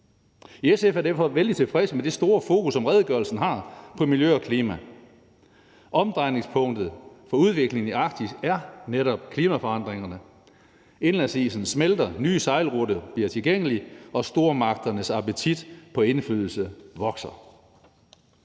I SF er vi derfor vældig tilfredse med det store fokus, som redegørelsen har på miljø og klima. Omdrejningspunktet for udviklingen i Arktis er netop klimaforandringerne. Indlandsisen smelter, nye sejlruter bliver tilgængelige, og stormagternes appetit på indflydelse vokser.